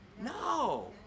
No